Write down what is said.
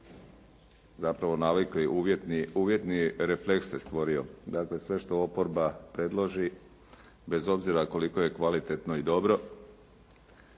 zapravo navikli, uvjetni refleks se stvorio. Dakle sve što oporba predloži bez obzira koliko je kvalitetno i dobro,